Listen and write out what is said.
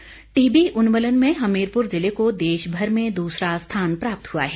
अनुराग Thakur TB उन्मूलन में हमीरपुर जिले को देश भर में दूसरा स्थान प्राप्त हुआ है